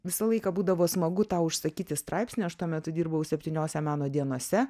visą laiką būdavo smagu tau užsakyti straipsnį aš tuo metu dirbau septyniose meno dienose